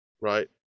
right